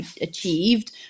achieved